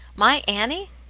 my annie?